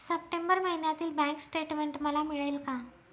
September महिन्यातील bank statement मला मिळेल का?